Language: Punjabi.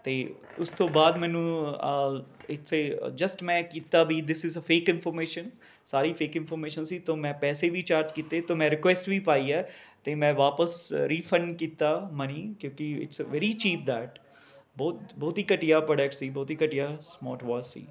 ਅਤੇ ਉਸ ਤੋਂ ਬਾਅਦ ਮੈਨੂੰ ਇੱਥੇ ਜਸਟ ਮੈਂ ਕੀਤਾ ਵੀ this is a fake information ਸਾਰੀ ਫੇਕ ਇਨਫੋਮੇਸ਼ਨ ਸੀ ਅਤੇ ਮੈਂ ਪੈਸੇ ਵੀ ਚਾਰਜ ਕੀਤੇ ਅਤੇ ਮੈਂ ਰਿਕੁਐਸਟ ਵੀ ਪਾਈ ਹੈ ਅਤੇ ਮੈਂ ਵਾਪਸ ਰੀਫੰਡ ਕੀਤਾ ਮਨੀ ਕਿਉਂਕਿ ਇਟਸ ਵੈਰੀ ਚੀਪ ਦੈਟ ਬਹੁਤ ਬਹੁਤ ਹੀ ਘਟੀਆ ਪ੍ਰੋਡੈਕਟ ਸੀ ਬਹੁਤ ਹੀ ਘਟੀਆ ਸਮਾਟ ਵਾਚ ਸੀ